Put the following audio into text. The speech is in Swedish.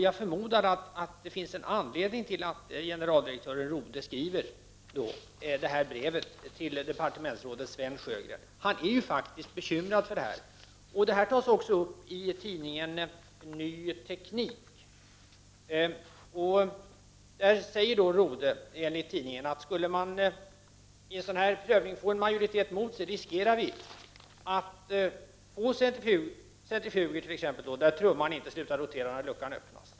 Jag förmodar att det finns en anledning till att generaldirektör Rode skriver det här brevet till departementsrådet Sven Sjögren. Han är ju faktiskt bekymrad! Detta tas också upp i tidningen Ny teknik. Enligt tidningen säger Rode: Skulle man i en sådan prövning få en majoritet mot sig riskerar vi att få centrifuger där trumman inte slutar rotera när luckan öppnas.